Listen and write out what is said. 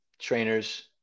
trainers